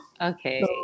Okay